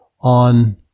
on